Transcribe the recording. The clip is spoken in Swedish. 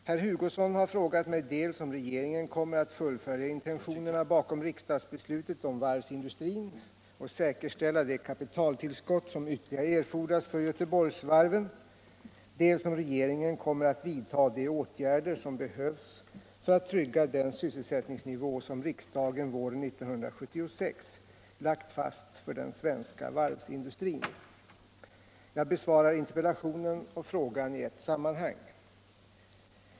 Herr Hugosson har frågat mig dels om regeringen kommer att fullfölja intentionerna bakom riksdagsbeslutet om varvsindustrin och säkerställa det kapitaltillskott som ytterligare erfordras för Göteborgsvarven, dels om regeringen kommer att vidta de åtgärder som behövs för att trygga den sysselsättningsnivå som riksdagen våren 1976 lagt fast för den svenska varvsindustrin. Jag besvarar interpellationen och frågan i ett sammanhang.